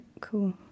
cool